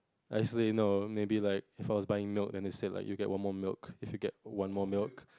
nicely no maybe like for buying milk and you say like you get one more milk if get one more milk